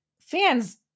Fans